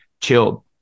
chilled